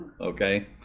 okay